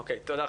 תודה.